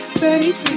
baby